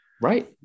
Right